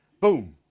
Boom